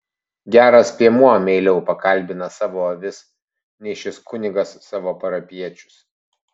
geras piemuo meiliau pakalbina savo avis nei šis kunigas savo parapijiečius